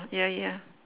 ya ya